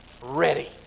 ready